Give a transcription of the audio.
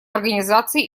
организации